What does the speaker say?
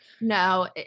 no